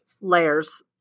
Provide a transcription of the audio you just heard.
layers